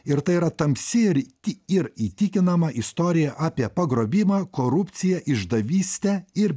ir tai yra tamsi ir tik ir įtikinama istorija apie pagrobimą korupciją išdavystę ir